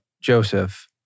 Joseph